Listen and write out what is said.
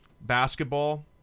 basketball